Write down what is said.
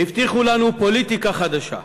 הבטיחו לנו פוליטיקה חדשה,